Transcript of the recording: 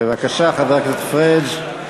בבקשה, חבר הכנסת פריג',